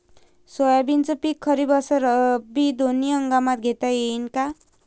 सोयाबीनचं पिक खरीप अस रब्बी दोनी हंगामात घेता येईन का?